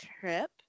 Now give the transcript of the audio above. trip